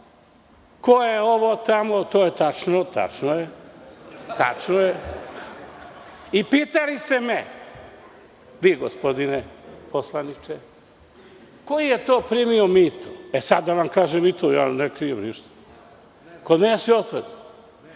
ko je ovo tamo? To je tačno, tačno je. I pitali ste me, vi gospodine poslaniče - ko je to primio mito? Sada da vam kažem i to, ja ne krijem ništa, kod mene je sve otvoreno.